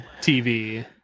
TV